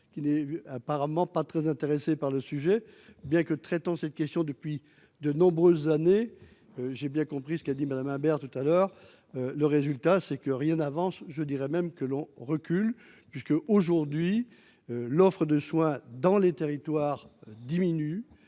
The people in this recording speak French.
qui n'est apparemment pas très intéressée par le sujet, bien que traitant cette question depuis de nombreuses années. J'ai bien compris ce qu'a dit Madame Imbert, tout à l'heure. Le résultat c'est que rien n'avance. Je dirais même que l'on recule puisque aujourd'hui. L'offre de soins dans les territoires diminue